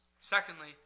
Secondly